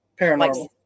paranormal